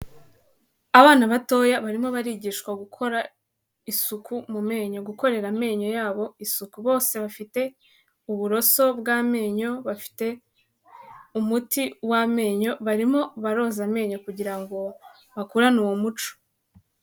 Abana batoya barimo barigishwa gukora isuku mu menyo, gukorera amenyo yabo isuku bose bafite uburoso bw'amenyo, bafite umuti w'amenyo barimo baroza amenyo kugira ngo bakurane uwo muco.